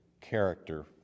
character